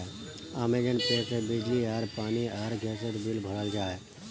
Amazon Pay से बिजली आर पानी आर गसेर बिल बहराल जाहा